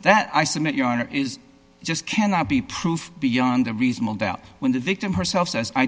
that i submit your honor is just cannot be proved beyond a reasonable doubt when the victim herself says i